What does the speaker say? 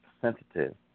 sensitive